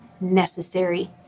necessary